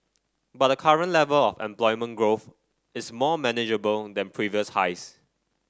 but the current level of employment growth is more manageable than previous highs